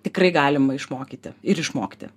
tikrai galima išmokyti ir išmokti